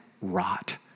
rot